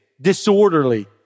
disorderly